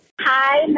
Hi